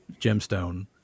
Gemstone